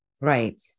Right